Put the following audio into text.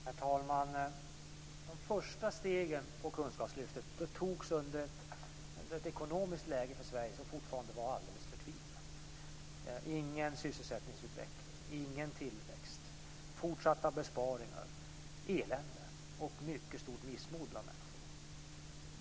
Herr talman! De första stegen inom kunskapslyftet togs i ett ekonomiskt läge som för Sveriges del fortfarande var alldeles förtvivlat. Vi hade ingen sysselsättningsutveckling och ingen tillväxt. Det var fortsatta besparingar och elände, liksom ett mycket stort missmod bland människor.